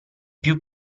più